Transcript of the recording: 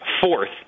fourth